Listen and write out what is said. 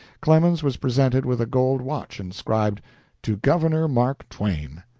clemens was presented with a gold watch, inscribed to governor mark twain.